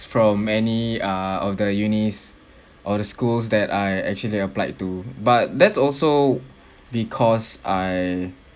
from many err of the unis or the schools that I actually applied to but that's also because I